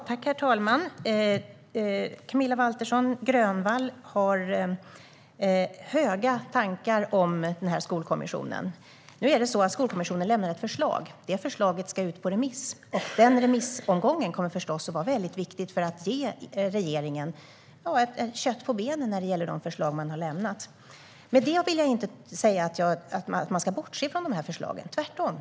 Herr talman! Camilla Waltersson Grönvall har höga tankar om Skolkommissionen. Skolkommissionen har lämnat ett förslag. Det förslaget ska ut på remiss. Den remissomgången kommer förstås att vara väldigt viktig för att ge regeringen lite kött på benen när det gäller dessa förslag. Med det vill jag inte säga att man ska bortse från förslagen, tvärtom.